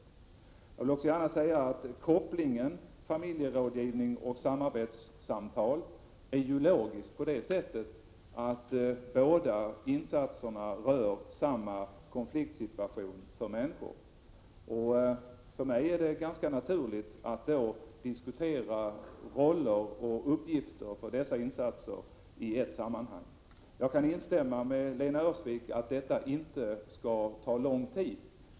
Jag vill också gärna säga att kopplingen mellan familjerådgivning och samarbetssamtal är logisk på det sättet att båda insatserna rör samma konfliktsituationer för människor. För mig är det då ganska naturligt att diskutera roller och uppgifter för dessa insatser i ett sammanhang. Jag kan instämma med Lena Öhrsvik att detta inte skall ta lång tid.